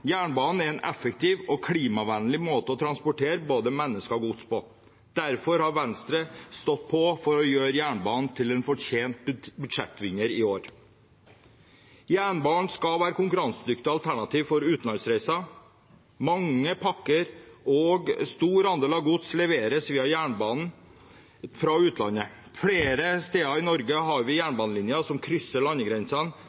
Jernbanen er en effektiv og klimavennlig måte å transportere både mennesker og gods på. Derfor har Venstre stått på for å gjøre jernbanen til en fortjent budsjettvinner i år. Jernbanen skal være et konkurransedyktig alternativ for utenlandsreiser. Mange pakker og en stor andel gods leveres via jernbanen fra utlandet. Flere steder i Norge har vi